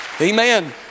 Amen